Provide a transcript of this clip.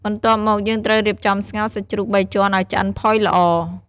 បន្ទាប់មកយើងត្រូវរៀបចំស្ងោរសាច់ជ្រូកបីជាន់ឲ្យឆ្អិនផុយល្អ ។